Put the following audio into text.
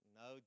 no